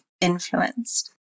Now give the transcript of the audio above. influenced